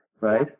right